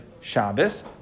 Shabbos